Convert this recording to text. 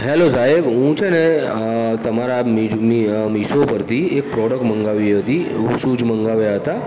hello સાહેબ હું છે ને અં તમારા મી જ મી અ મીશો પરથી એક પ્રોડક્ટ મંગાવી હતી સૂઝ મંગાવ્યા હતાં